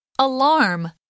Alarm